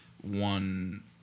one